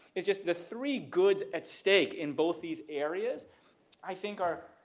it's just the three goods at stake in both these areas i think are.